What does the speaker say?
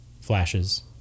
Flashes